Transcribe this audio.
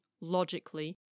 logically